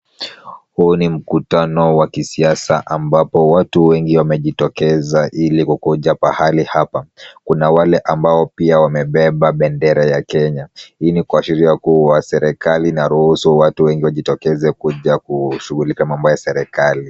Huu ni mkutano wa kisiasa ambapo watu wengi wamejitokeza ili kukuja pahali hapa. Kuna wale ambao pia wamebeba bendera ya Kenya. Hii ni kuashiria kuwa serikali inaruhusu watu wengi wajitokeze kuja kushughulika mambo ya serikali.